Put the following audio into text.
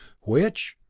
which?